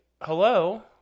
hello